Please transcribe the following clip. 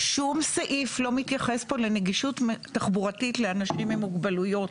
שום סעיף לא מתייחס פה לנגישות תחבורתית לאנשים עם מוגבלויות.